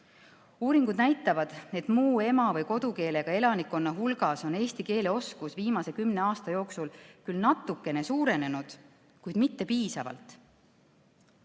Uuringud näitavad, et muu ema- või kodukeelega elanikkonna hulgas on eesti keele oskus viimase kümne aasta jooksul küll natukene suurenenud, kuid mitte piisavalt.